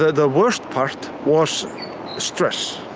the worst part was stress.